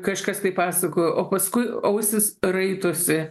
kažkas tai pasakojo o paskui ausys raitosi